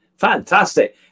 Fantastic